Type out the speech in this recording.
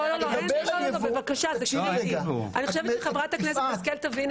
אני חושבת שחברת הכנסת שרן השכל תבין את זה.